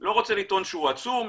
לא רוצה לטעון שהוא עצום,